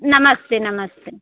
नमस्ते नमस्ते